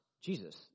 Jesus